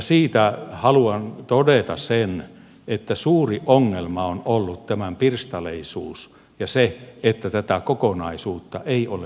siitä haluan todeta sen että suuri ongelma on ollut tämän pirstaleisuus ja se että tätä kokonaisuutta ei ole johdettu